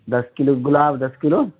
دس kilo گلاب دس کلو